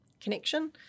connection